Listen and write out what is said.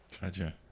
Gotcha